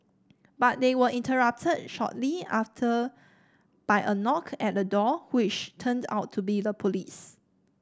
but they were interrupted shortly after by a knock at the door which turned out to be the police